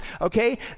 Okay